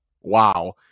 Wow